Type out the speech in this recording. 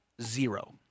Zero